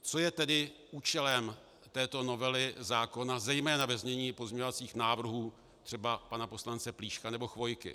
Co je tedy účelem této novely zákona, zejména ve znění pozměňovacích návrhů třeba pana poslance Plíška nebo Chvojky?